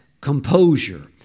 composure